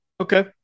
Okay